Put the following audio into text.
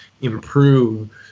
improve